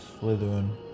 Slytherin